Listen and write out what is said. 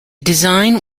design